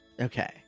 Okay